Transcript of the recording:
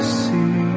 see